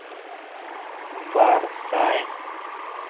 ᱵᱟᱨ ᱥᱟᱭ